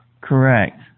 Correct